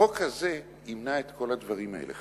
חבר הכנסת זאב, החוק הזה ימנע את כל הדברים האלה.